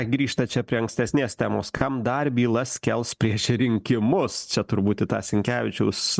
grįžta čia prie ankstesnės temos kam dar bylas kels prieš rinkimus čia turbūt į tą sinkevičiaus